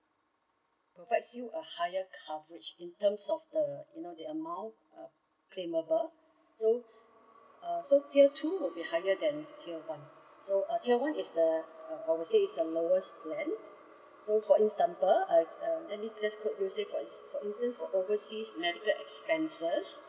provide you a higher coverage in terms of the you know the amount uh claimable so uh so tier two will be higher than tier one so uh tier one is uh I will says is a lower plan so for example uh uh let me just quote you says for for instance for overseas medical expenses